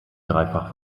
dreifach